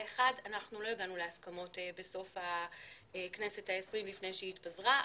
אנחנו לא הגענו להסכמות בסוף הכנסת העשרים לפני שהיא התפזרה.